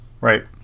Right